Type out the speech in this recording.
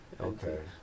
Okay